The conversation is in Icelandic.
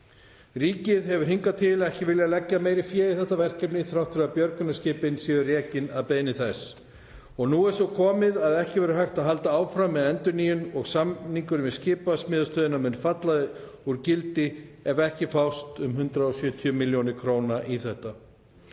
Ríkið hefur hingað til ekki viljað leggja meira fé í þetta verkefni þrátt fyrir að björgunarskipin séu rekin að beiðni þess. Nú er svo komið að ekki verður hægt að halda áfram með endurnýjun og samningurinn við skipasmíðastöðina mun falla úr gildi ef ekki fást um 170 millj. kr. í þetta.